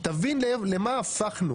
אתה מבין למה הפכנו?